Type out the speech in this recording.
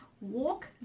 Walk